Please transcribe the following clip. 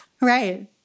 Right